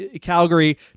Calgary